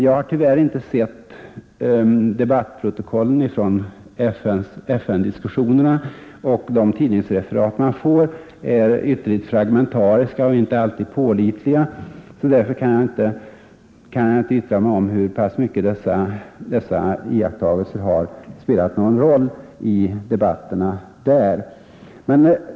Jag har tyvärr inte sett debattprotokollen från FN-diskussionerna, och de tidningsreferat man får är ytterligt fragmentariska och inte alltid pålitliga, så därför kan jag inte yttra mig om hur pass stor roll dessa iakttagelser har spelat i Förenta nationernas debatter.